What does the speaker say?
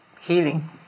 Healing